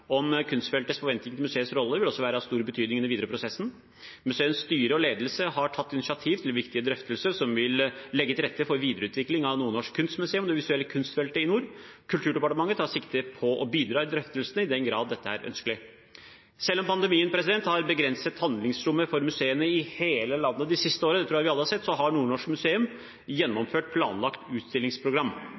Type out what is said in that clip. om kunstfeltets forventninger til museets rolle vil også være av stor betydning i den videre prosessen. Museets styre og ledelse har tatt initiativ til viktige drøftelser som vil legge til rette for videreutvikling av Nordnorsk Kunstmuseum og det visuelle kunstfeltet i nord. Kulturdepartementet tar sikte på å bidra i drøftelsene i den grad dette er ønskelig. Selv om pandemien har begrenset handlingsrommet for museene i hele landet det siste året, det tror jeg vi alle har sett, har Nordnorsk Kunstmuseum gjennomført planlagt utstillingsprogram.